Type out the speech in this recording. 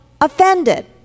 offended